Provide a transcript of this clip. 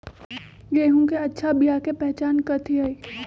गेंहू के अच्छा बिया के पहचान कथि हई?